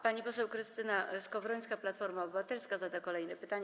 Pani poseł Krystyna Skowrońska, Platforma Obywatelska, zada kolejne pytanie.